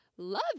love